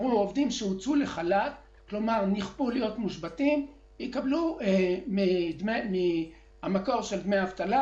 אמרו שעובדים שיצאו לחל"ת יקבלו שכר מסוים מהמקור של דמי האבטלה.